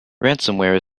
ransomware